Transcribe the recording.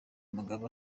mugabe